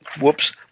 whoops